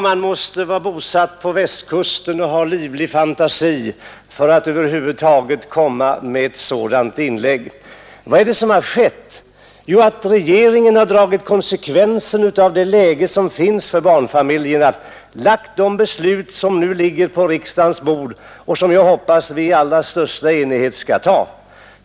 Man måste vara bosatt på Västkusten och ha livlig fantasi för att över huvud taget komma med ett sådant inlägg. Vad är det som har skett? Regeringen har dragit konsekvenserna av barnfamiljernas situation och framlagt det förslag som nu ligger på riksdagens bord och som jag hoppas att vi i allra största enighet skall bifalla.